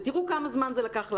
ותראו כמה זמן זה לקח לנו,